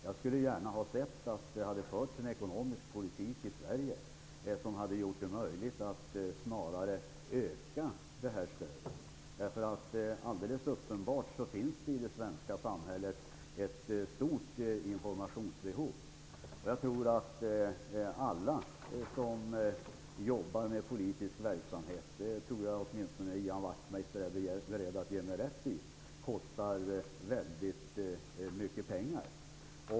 Jag skulle gärna ha sett att det hade förts en ekonomisk politik i Sverige som hade gjort det möjligt att snarare öka stödet. Det finns helt uppenbart ett stort informationsbehov i det svenska samhället. Alla som jobbar med politisk verksamhet -- jag tror att Ian Wachtmeister är beredd att ge mig rätt i det -- inser att det kostar väldigt mycket pengar.